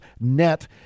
net